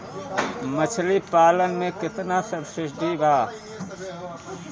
मछली पालन मे केतना सबसिडी बा?